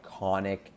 iconic